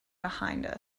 behind